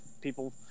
people